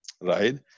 right